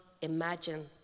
imagine